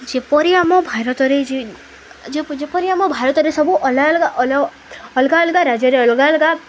ଯେପରି ଆମ ଭାରତରେ ଯେପରି ଆମ ଭାରତରେ ସବୁ ଅଲଗା ଅଲଗା ରାଜ୍ୟରେ ଅଲଗା ଅଲଗା